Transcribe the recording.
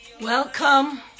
Welcome